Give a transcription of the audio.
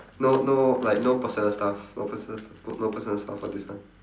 no no like no personal stuff no personal no personal stuff for this one